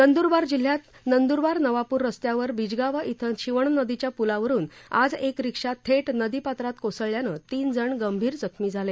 नंद्रबार जिल्ह्यात नंद्रबार नवापूर रस्त्यावर बिजगावा इथल्या शिवणनदीच्या प्लावरुन आज एक रिक्षा थेट नदीपात्रात कोसळ्यानं तीन जण गंभीर जखमी झाले